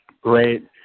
Great